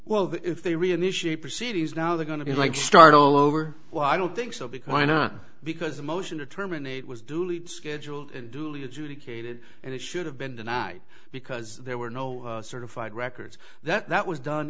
well if they reinitiate proceedings now they're going to be like start all over well i don't think so because i not because the motion to terminate was duly scheduled and it should have been the night because there were no certified records that was done